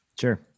Sure